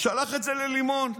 שלח את זה ללימון.